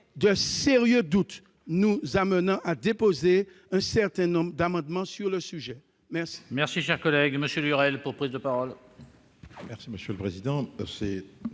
De sérieux doutes nous ont conduits à déposer un certain nombre d'amendements sur le sujet. La